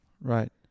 Right